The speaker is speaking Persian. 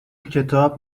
کتاب